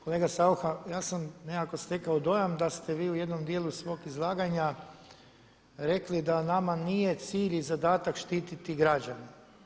Kolega Saucha ja sam nekako stekao dojam da ste vi u jednom dijelu svog izlaganja rekli da nama nije cilj i zadatak štiti građane.